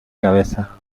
cabeza